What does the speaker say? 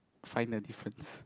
find the difference